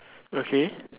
okay